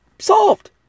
solved